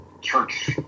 church